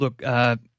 look